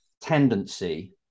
tendency